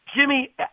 Jimmy